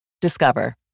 Discover